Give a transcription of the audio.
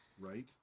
right